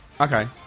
okay